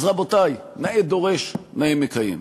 אז, רבותי, נאה דורש, נאה מקיים.